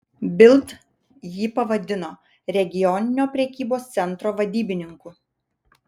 bild jį pavadino regioninio prekybos centro vadybininku